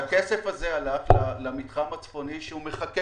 הכסף הזה הלך למתחם הצפוני שהוא מחכה